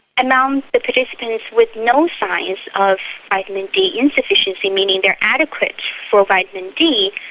among um the participants with no signs of vitamin d insufficiency, meaning they are adequate for vitamin d,